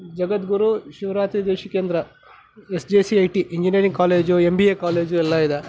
Jagadguru Shivaratri Deshikendra S J C I T engineering college M B A college ಎಲ್ಲ ಇದೆ